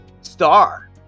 star